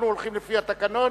אנחנו הולכים לפי התקנון